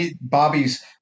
bobby's